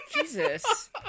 Jesus